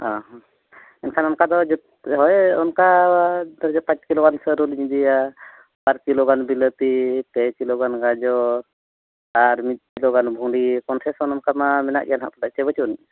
ᱚᱼᱦᱚ ᱮᱱᱠᱷᱟᱱ ᱚᱱᱠᱟᱫᱚ ᱦᱮᱸ ᱚᱱᱠᱟ ᱯᱟᱸᱪ ᱠᱤᱞᱳᱜᱟᱱ ᱥᱟᱹᱨᱩᱞᱤᱧ ᱵᱟᱨ ᱠᱤᱞᱳᱜᱟᱱ ᱵᱤᱞᱟᱹᱛᱤ ᱯᱮ ᱠᱤᱞᱳᱜᱟᱱ ᱜᱟᱡᱚᱨ ᱟᱨ ᱢᱤᱫ ᱠᱤᱞᱳᱜᱟᱱ ᱵᱷᱩᱸᱰᱤ ᱠᱚᱢ ᱥᱮ ᱠᱚᱢ ᱚᱱᱠᱟ ᱢᱟ ᱢᱮᱱᱟᱜ ᱜᱮᱭᱟ ᱱᱟᱦᱟᱜ ᱯᱟᱪᱮ ᱵᱟᱹᱪᱩᱜ ᱟᱹᱱᱤᱡ